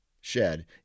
shed